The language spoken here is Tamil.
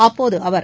அப்போது அவர்